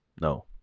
no